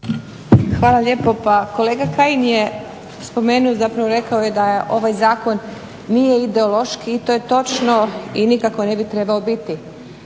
Hvala lijepo. Pa kolega Kajin je spomenuo, zapravo rekao je da ovaj Zakon nije ideološki i to je točno i nikako ne bi trebao biti.